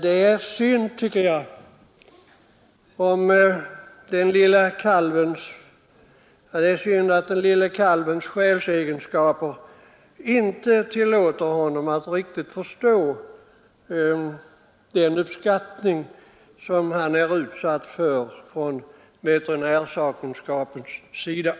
Det är synd att den lille kalvens själsegenskaper inte tillåter honom att riktigt förstå den uppskattning som han är utsatt för från veterinärsakkunskapens sida.